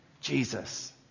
Jesus